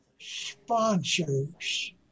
sponsors